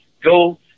go